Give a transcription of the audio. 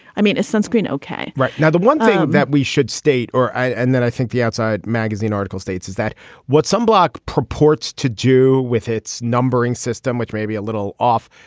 i mean its sunscreen ok right now the one thing that we should state or and then i think the outside magazine article states is that what sunblock purports to do with its numbering system which may be a little off.